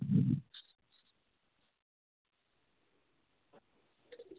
अ